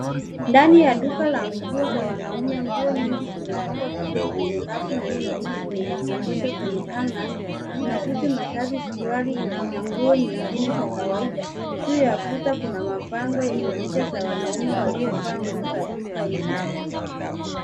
Ndani ya duka la nguo za wanaume, nguo nyingi zimepangwa vizuri kwenye rafu na zingine zimening'inizwa kwenye hangers . Kuna suti, mashati, suruali na nguo nyingine za kawaida. Juu ya kuta kuna mapambo yenye picha za wanaume waliovaa nguo za duka hilo.